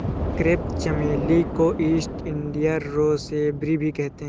crepe चमेली को East India rosebay भी कहते हैं